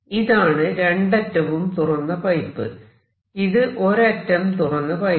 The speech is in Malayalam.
ഇതാണ് രണ്ടറ്റവും തുറന്ന പൈപ്പ് ഇത് ഒരറ്റം തുറന്ന പൈപ്പ്